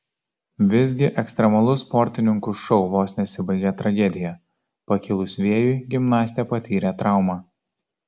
visgi ekstremalus sportininkų šou vos nesibaigė tragedija pakilus vėjui gimnastė patyrė traumą